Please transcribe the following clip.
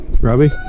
Robbie